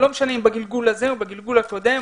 לא משנה אם בגלגול הזה או בגלגול הקודם,